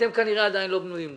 אתם כנראה עדיין לא בנויים לזה.